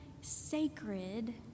sacred